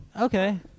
okay